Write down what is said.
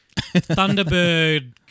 Thunderbird